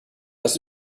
das